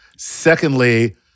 Secondly